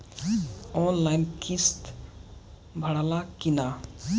Online किस्त भराला कि ना?